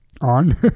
on